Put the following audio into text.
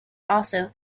also